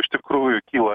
iš tikrųjų kyla